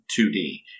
2d